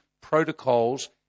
protocols